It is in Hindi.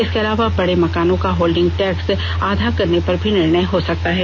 इसके अलावा बडे मकानों का होल्डिंग टैक्स आधा करने पर भी निर्णय हो सकता है